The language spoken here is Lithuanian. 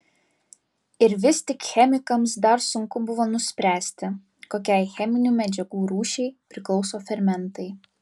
ir vis tik chemikams dar sunku buvo nuspręsti kokiai cheminių medžiagų rūšiai priklauso fermentai